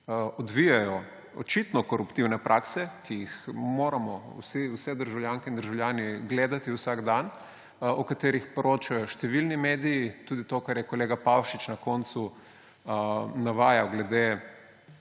odvijajo očitno koruptivne prakse, ki jih moramo vse državljanke in državljani gledati vsak dan, o katerih poročajo številni mediji, tudi to, kar je kolega Pavšič na koncu navajal glede